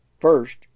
First